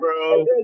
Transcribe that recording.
bro